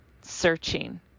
searching